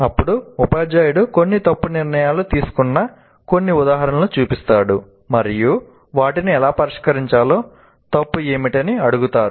అప్పుడు ఉపాధ్యాయుడు కొన్ని తప్పు నిర్ణయాలు తీసుకున్న కొన్ని ఉదాహరణలను చూపిస్తాడు మరియు వాటిని ఎలా పరిష్కరించాలో తప్పు ఏమిటని అడుగుతారు